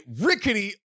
rickety